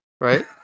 right